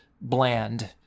bland